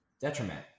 detriment